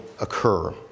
occur